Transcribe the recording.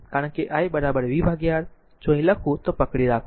કારણ કે i vR આ એક જો હું લખું તો પકડી રાખો